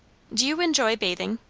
do you enjoy bathing?